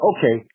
Okay